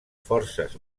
forces